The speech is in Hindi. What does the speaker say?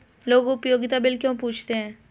लोग उपयोगिता बिल क्यों पूछते हैं?